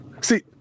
see